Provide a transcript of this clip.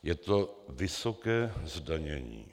Je to vysoké zdanění.